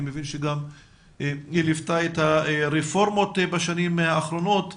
אני מבין שגם היא ליוותה את הרפורמות בשנים האחרונות.